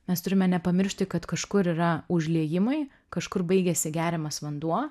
mes turime nepamiršti kad kažkur yra užliejimai kažkur baigiasi geriamas vanduo